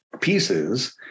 pieces